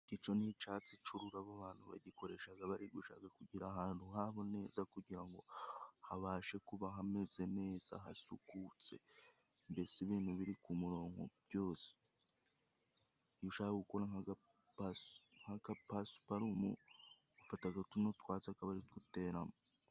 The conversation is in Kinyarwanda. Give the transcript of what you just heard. Iki co ni icatsi c'ururabo abantu bagikoreshaga bari gushaka kugira ahantu habo neza kugira ngo habashe kuba hameze neza hasukutse mbese ibintu biri ku muronko byose iyo ushaka gukorankaga pasipalumu ufataga tuno twatsi akaba aritwo uteramo.